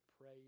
pray